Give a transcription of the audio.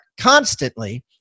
constantly